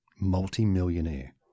Multi-millionaire